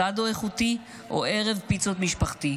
אסאדו איכותי או ערב פיצות משפחתי.